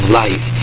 life